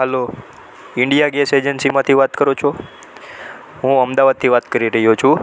hello India gas એજન્સીમાંથી વાત કરો છો હું અમદાવાદથી વાત કરી રહ્યો છું